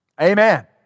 Amen